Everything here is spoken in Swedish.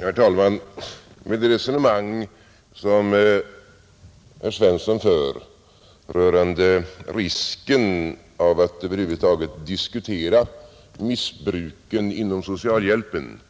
Herr talman! Med det resonemang som herr Svensson i Kungälv för rörande risken av att över huvud taget diskutera missbruken inom socialhjälpen